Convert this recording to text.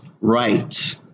right